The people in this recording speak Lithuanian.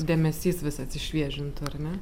dėmesys vis atsišviežintų ar ne